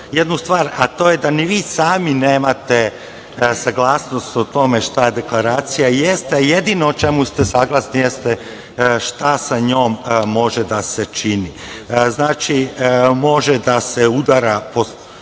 jednu stvar, a to je da ni vi sami nemate saglasnost o tome šta deklaracija jeste, a jedino u čemu ste saglasni jeste šta sa njom može da se čini. Znači, može se tako